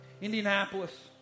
Indianapolis